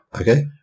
Okay